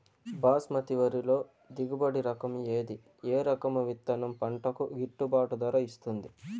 బాస్మతి వరిలో దిగుబడి రకము ఏది ఏ రకము విత్తనం పంటకు గిట్టుబాటు ధర ఇస్తుంది